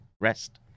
Rest